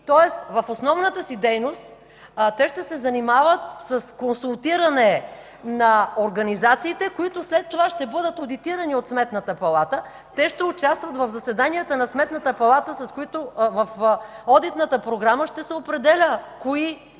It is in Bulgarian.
тоест, в основната си дейност те ще се занимават с консултиране на организациите, които след това ще бъдат одитирани от Сметната палата. Те ще участват в заседанията на Сметната палата, на които в одитната програма ще се определя кои